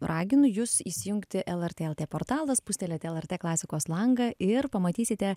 raginu jus įsijungti lrt lt portalą spustelėt lrt klasikos langą ir pamatysite